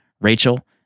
Rachel